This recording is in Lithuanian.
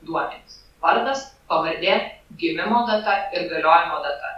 duomenys vardas pavardė gimimo data ir galiojimo data